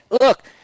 look